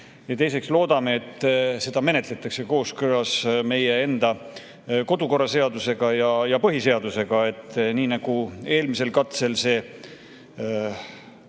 ja teiseks loodame, et seda menetletakse kooskõlas meie enda kodukorraseadusega ja põhiseadusega, ning et sellisel kujul,